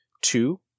Two